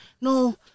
No